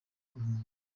guhunga